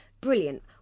brilliant